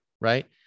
right